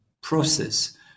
process